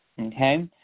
Okay